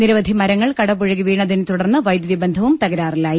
നിരവധി മരങ്ങൾ കടപുഴകി വീണതിനെത്തുടർന്ന് വൈദ്യുതി ബന്ധവും തകരാറിലായി